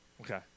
Okay